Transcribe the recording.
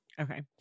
okay